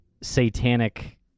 satanic